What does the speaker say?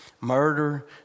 murder